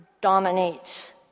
dominates